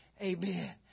Amen